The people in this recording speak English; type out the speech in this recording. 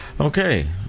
Okay